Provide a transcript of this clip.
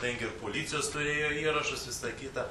ten gi ir policijos turėjo įrašus visa kita